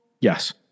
Yes